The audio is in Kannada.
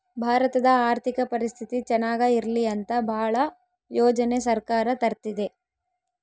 ಭಾರತದ ಆರ್ಥಿಕ ಪರಿಸ್ಥಿತಿ ಚನಾಗ ಇರ್ಲಿ ಅಂತ ಭಾಳ ಯೋಜನೆ ಸರ್ಕಾರ ತರ್ತಿದೆ